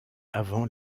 avant